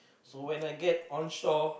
so when I get onshore